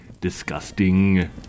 Disgusting